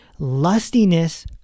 lustiness